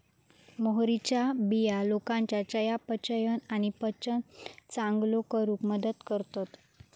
मोहरीच्या बिया लोकांच्या चयापचय आणि पचन चांगलो करूक मदत करतत